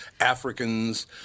Africans